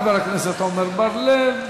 חבר הכנסת עמר בר-לב.